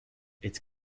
its